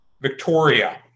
Victoria